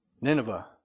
Nineveh